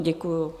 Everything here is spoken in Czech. Děkuju.